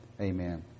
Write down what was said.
Amen